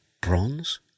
bronze